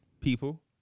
people